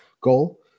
goal